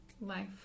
life